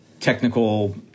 technical